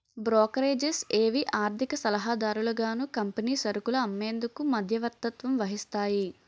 brokerages ఏవి ఆర్థిక సలహాదారులుగాను కంపెనీ సరుకులు అమ్మేందుకు మధ్యవర్తత్వం వహిస్తాయి